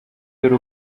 dore